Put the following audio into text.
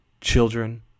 children